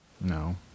No